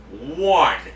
one